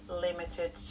limited